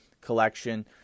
collection